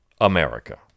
America